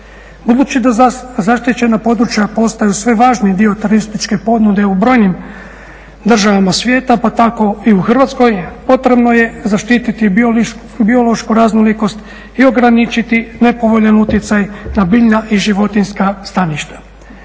Budući da zaštićena područja postaju sve važniji dio turističke ponude u brojnim državama svijeta pa tako i u Hrvatskoj, potrebno je zaštiti biološku raznolikost i ograničiti nepovoljan utjecaj na biljna i životinjska staništa.